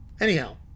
Anyhow